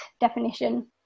definition